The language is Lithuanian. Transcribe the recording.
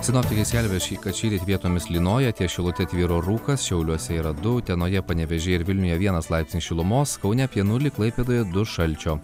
sinoptikai skelbia kad šįryt vietomis lynoja ties šilute tvyro rūkas šiauliuose yra du utenoje panevėžyje ir vilniuje vienas laipsnio šilumos kaune apie nulį klaipėdoje du šalčio